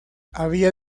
había